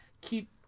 keep